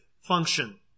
function